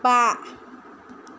बा